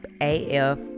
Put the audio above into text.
af